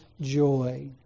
joy